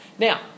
Now